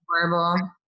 Horrible